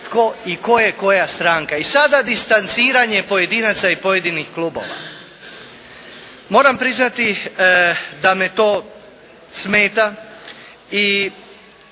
tko i tko je koja stranka. I sada distanciranje pojedinaca i pojedinih klubova. Moram priznati da me to smeta i